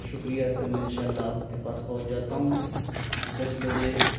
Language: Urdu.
شکریہ سر میں ان شاء اللہ آپ کے پاس پہنچ جاتا ہوں دس بجے